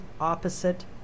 opposite